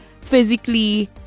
physically